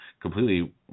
completely